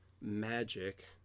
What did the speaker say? magic